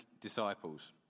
disciples